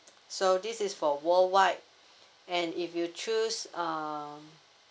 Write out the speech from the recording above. so this is for worldwide and if you choose um